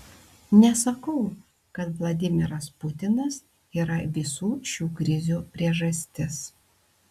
nesakau kad vladimiras putinas yra visų šių krizių priežastis